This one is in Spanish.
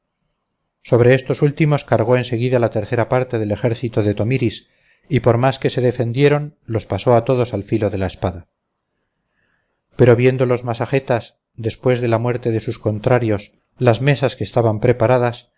sobre estos últimos cargó en seguida la tercera parte del ejército de tomiris y por más que se defendieron los pasó a todos al filo de la espada pero viendo los misagetas después de la muerte de sus contrarios las mesas que estaban preparadas